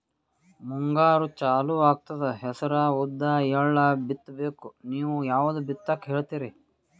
ಮುಂಗಾರು ಚಾಲು ಆಗ್ತದ ಹೆಸರ, ಉದ್ದ, ಎಳ್ಳ ಬಿತ್ತ ಬೇಕು ನೀವು ಯಾವದ ಬಿತ್ತಕ್ ಹೇಳತ್ತೀರಿ?